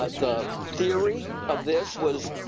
ah the theory of this was,